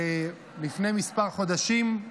לפני כמה חודשים,